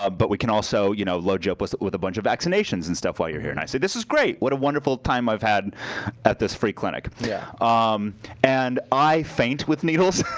but we could also you know load you up with with a bunch of vaccinations and stuff while you're here. and i said, this is great. what a wonderful time i've had at this free clinic. yeah um and i faint with needles.